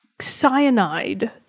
Cyanide